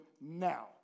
now